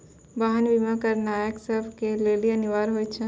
वाहन बीमा करानाय सभ के लेली अनिवार्य होय छै